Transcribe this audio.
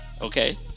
Okay